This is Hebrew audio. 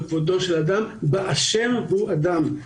או בכבודו של אדם באשר הוא אדם".